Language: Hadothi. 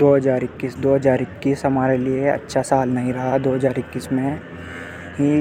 दो हज़ार इक्कीस, दो हज़ार इक्कीस हमारे लिए अच्छा साल नहीं रहा। दो हज़ार इक्कीस में ही